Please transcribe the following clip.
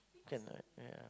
can right ya